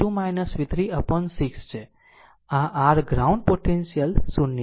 તો તે v2 v3 upon 6 છે આ r ગ્રાઉન્ડ પોટેન્શિયલ 0 છે